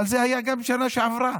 אבל זה היה גם בשנה שעברה